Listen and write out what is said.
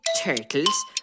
turtles